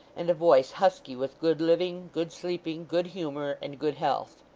and a voice husky with good living, good sleeping, good humour, and good health.